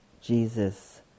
Jesus